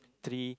three